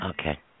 Okay